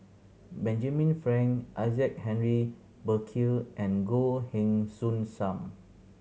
Benjamin Frank Isaac Henry Burkill and Goh Heng Soon Sam